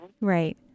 Right